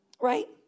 right